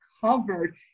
Covered